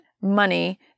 money